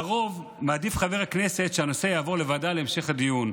לרוב חבר הכנסת מעדיף שהנושא יעבור לוועדה להמשך הדיון,